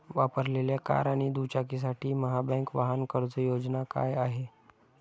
वापरलेल्या कार आणि दुचाकीसाठी महाबँक वाहन कर्ज योजना काय आहे?